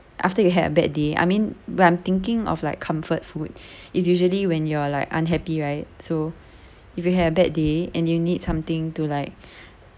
after you had a bad day I mean when I'm thinking of like comfort food is usually when you're like unhappy right so if you had a bad day and you need something to like